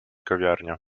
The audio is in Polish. kawiarnia